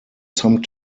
some